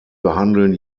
behandeln